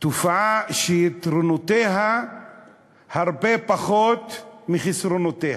זו תופעה שיתרונותיה הרבה פחות מחסרונותיה.